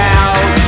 out